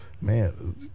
Man